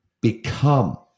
become